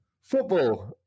football